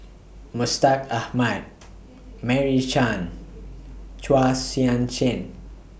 Mustaq Ahmad Meira Chand Chua Sian Chin